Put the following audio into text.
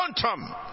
quantum